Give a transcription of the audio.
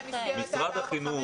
משרד החינוך,